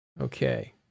Okay